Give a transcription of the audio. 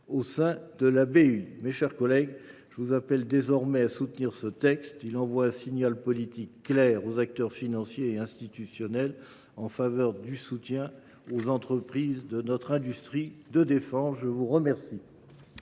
d’investissement. Mes chers collègues, je vous appelle désormais à soutenir ce texte, qui envoie un signal politique clair aux acteurs financiers et institutionnels en faveur du soutien aux entreprises de notre industrie de défense. La parole